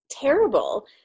terrible